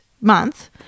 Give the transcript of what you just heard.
month